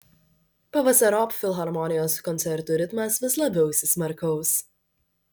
pavasariop filharmonijos koncertų ritmas vis labiau įsismarkaus